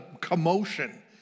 commotion